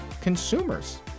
consumers